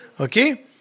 Okay